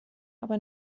aber